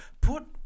put